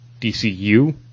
DCU